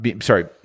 Sorry